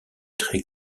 très